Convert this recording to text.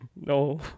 No